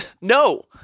No